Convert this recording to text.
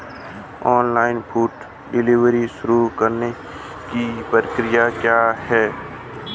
Online food delivery शुरू करने की प्रक्रिया क्या है?